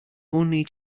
only